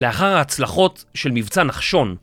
לאחר ההצלחות של מבצע נחשון